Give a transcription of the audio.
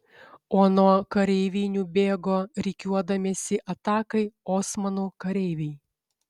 o nuo kareivinių bėgo rikiuodamiesi atakai osmanų kareiviai